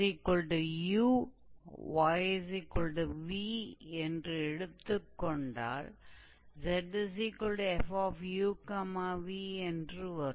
𝑥𝑢𝑦𝑣 என்று எடுத்துக் கொண்டால் 𝑧𝑓𝑢𝑣 என்று வரும்